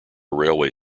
railway